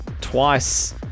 Twice